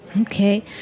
okay